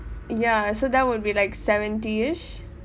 ya so that would be like seventy-ish